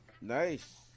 Nice